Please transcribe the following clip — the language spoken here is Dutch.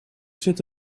zit